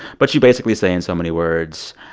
but you basically say in so many words,